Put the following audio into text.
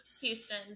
Houston